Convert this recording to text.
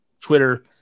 Twitter